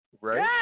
Right